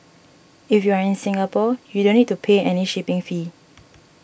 if you are in Singapore you don't need to pay any shipping fee